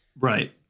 Right